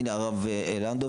הנה הרב לנדאו,